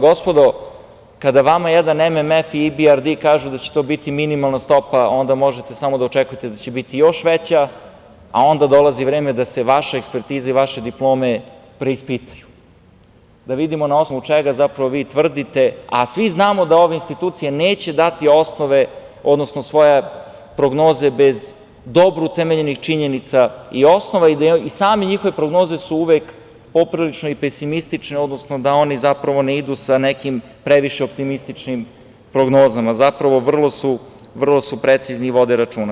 Gospodo, kada vama jedan MMF i EBRD da će to biti minimalna stopa, onda možete samo da očekujete da će biti još veća, a onda dolazi vreme da se vaše ekspertize i vaše diplome preispitaju i da vidimo na osnovu čega vi tvrdite, a svi znamo da ove institucije neće dati osnove, odnosno svoje prognoze bez dobro utemeljenih činjenica i osnova i same njihove prognoze su uvek poprilično pesimistične, odnosno oni ne idu sa nekim previše optimističnim prognozama, vrlo su precizni i vode računa.